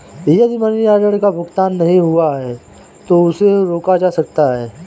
यदि money order का भुगतान नहीं हुआ है तो उसे रोका जा सकता है